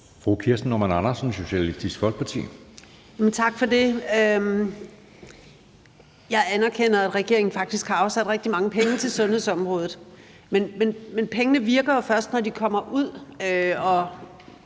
Kirsten Normann Andersen (SF): Tak for det. Jeg anerkender, at regeringen faktisk har afsat rigtig mange penge til sundhedsområdet. Men pengene virker jo først, når de kommer ud og